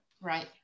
Right